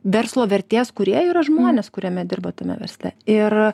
verslo vertės kurie yra žmonės kuriame dirba tame versle ir